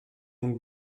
donc